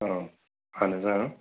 اَہَن حظ